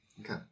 Okay